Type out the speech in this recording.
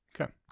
Okay